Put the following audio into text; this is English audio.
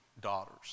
daughters